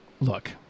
look